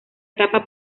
etapa